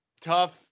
tough